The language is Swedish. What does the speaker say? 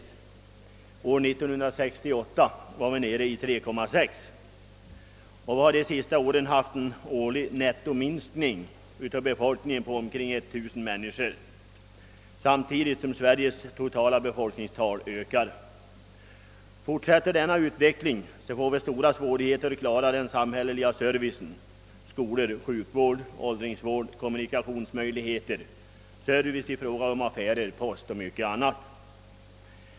1968 var andelen nere i 3,6 procent, och vi har de senaste åren haft en årlig nettominskning av befolkningen på omkring 1000 människor, samtidigt som Sveriges totala befolkningstal ökat. Fortsätter denna utveckling, får vi stora svårigheter att klara den samhälleliga servicen — skolor, sjukvård och åldringsvård — kommunikationsmöjligheter, service i fråga om affärer, post och mycket annat.